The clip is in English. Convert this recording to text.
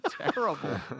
terrible